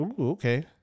Okay